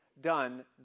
done